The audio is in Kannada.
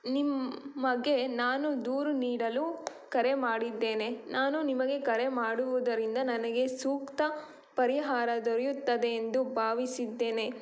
ನಿಮಗೆ ನಾನು ದೂರು ನೀಡಲು ಕರೆ ಮಾಡಿದ್ದೇನೆ ನಾನು ನಿಮಗೆ ಕರೆ ಮಾಡುವುದರಿಂದ ನನಗೆ ಸೂಕ್ತ ಪರಿಹಾರ ದೊರೆಯುತ್ತದೆ ಎಂದು ಭಾವಿಸಿದ್ದೇನೆ